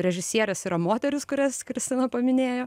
režisierės yra moterys kurias kristina paminėjo